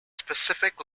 specific